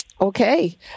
Okay